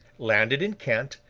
landed in kent,